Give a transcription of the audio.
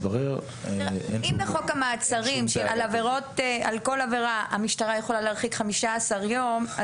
אם בחוק המעצרים על כל עבירה המשטרה יכולה להרחיק חמישה עשר יום,